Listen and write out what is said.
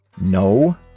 No